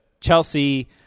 Chelsea